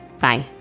Bye